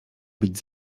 być